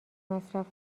مصرف